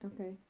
Okay